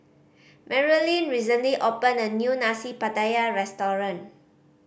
Marilynn recently opened a new Nasi Pattaya restaurant